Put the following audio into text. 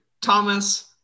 Thomas